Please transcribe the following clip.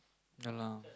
no lah